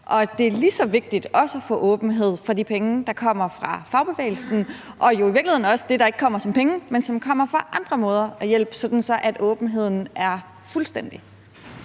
det er lige så vigtigt også at få åbenhed omkring de penge, der kommer fra fagbevægelsen, og jo i virkeligheden også om det, der ikke kommer som penge, men som kommer på andre måder som hjælp, sådan at åbenheden er fuldstændig.